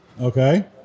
Okay